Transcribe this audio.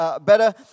better